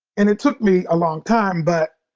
and it took me a long time, but